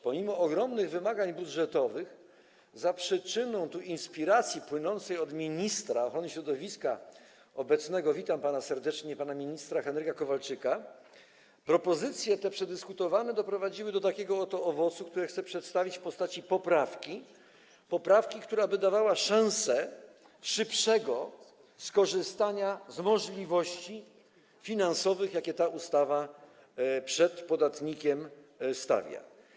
Pomimo ogromnych wymagań budżetowych za przyczyną i z inspiracji płynącej od ministra ochrony środowiska obecnego - witam pana serdecznie - pana Henryka Kowalczyka propozycje te, przedyskutowane, dały taki oto owoc, co chcę przedstawić w postaci poprawki, poprawki, która by dawała szansę szybszego skorzystania z możliwości finansowych, jakie ta ustawa przed podatnikiem stawia.